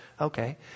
Okay